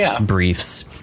briefs